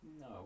No